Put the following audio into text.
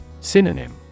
Synonym